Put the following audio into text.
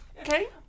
Okay